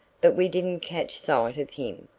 but we didn't catch sight of him.